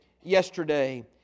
yesterday